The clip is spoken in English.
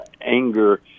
anger